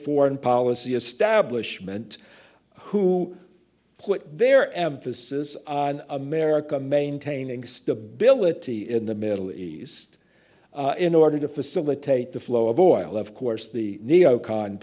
foreign policy establishment who put their emphasis on america maintaining stability in the middle east in order to facilitate the flow of oil of course the neo